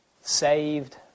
Saved